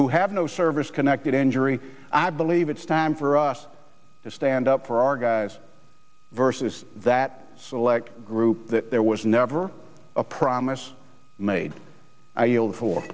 who have no service connected injury i believe it's time for us to stand up for our guys versus that select group that there was never a promise made